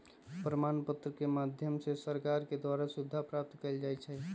प्रमाण पत्र के माध्यम से सरकार के द्वारा सुविधा प्राप्त कइल जा हई